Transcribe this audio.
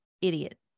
idiot